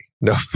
No